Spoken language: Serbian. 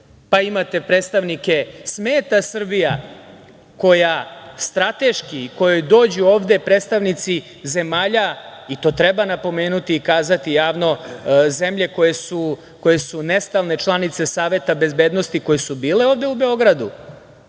zemalja ovde. Smeta Srbija koja strateški, kojoj dođu ovde predstavnici zemalja, i to treba napomenuti i kazati javno, zemlje koje su nestalne članice Saveta bezbednosti, koje su bile ovde u